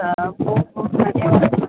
बहुत बहुत धन्यवाद